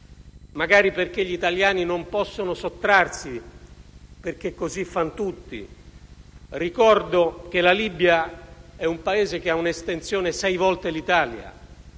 magari perché gli italiani non possono sottrarsi perché così fan tutti, ricordo che la Libia è un Paese che ha un'estensione pari a sei volte quella